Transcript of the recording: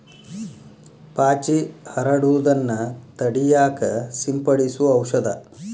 ಪಾಚಿ ಹರಡುದನ್ನ ತಡಿಯಾಕ ಸಿಂಪಡಿಸು ಔಷದ